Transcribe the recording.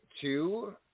two